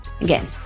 Again